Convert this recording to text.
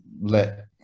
let